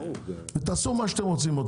ועשו מה שאתם רוצים.